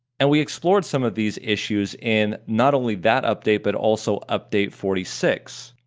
and we explored some of these issues in not only that update but also update forty six,